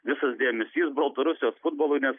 visas dėmesys baltarusijos futbolui nes